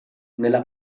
nella